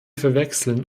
verwechseln